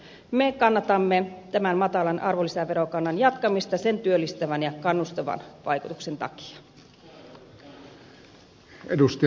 me kannatamme tämän matalan arvonlisäverokannan jatkamista sen työllistävän ja kannustavan vaikutuksen takia